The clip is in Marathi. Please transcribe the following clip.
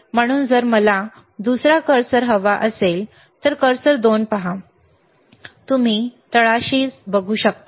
म्हणून जर मला दुसरा कर्सर हवा असेल तर कर्सर 2 पहा तुम्ही तळाशी असू शकता